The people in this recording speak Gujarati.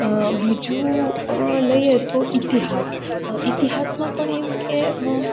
બીજું લઈએ તો ઇતિહાસ ઇતિહાસમાં પણ એમ કે